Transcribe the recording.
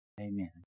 Amen